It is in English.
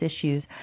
issues